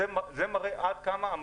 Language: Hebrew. זה ענף עתיר הון,